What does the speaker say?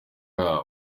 yabo